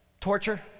Torture